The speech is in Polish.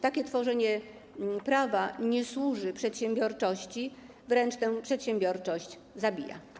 Takie tworzenie prawa nie służy przedsiębiorczości, wręcz tę przedsiębiorczość zabija.